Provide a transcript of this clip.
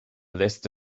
list